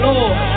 Lord